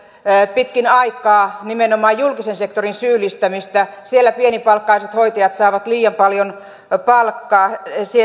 pitkän aikaa nimenomaan julkisen sektorin syyllistämistä siellä pienipalkkaiset hoitajat saavat liian paljon palkkaa